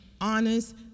honest